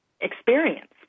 experience